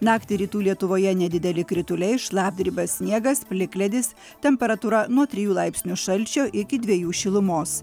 naktį rytų lietuvoje nedideli krituliai šlapdriba sniegas plikledis temperatūra nuo trijų laipsnių šalčio iki dviejų šilumos